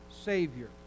Savior